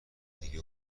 دیگه